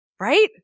right